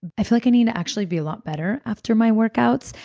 i feel like i need to actually be a lot better after my workouts.